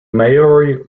maori